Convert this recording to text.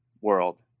world